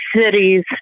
cities